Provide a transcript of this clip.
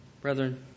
Brethren